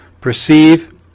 perceive